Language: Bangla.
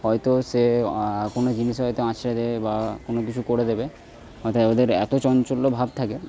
হয়তো সে কোনো জিনিসে হয়তো আঁচড়ে দেবে বা কোনো কিছু করে দেবে অর্থাৎ ওদের এত চাঞ্চল্যভাব থাকে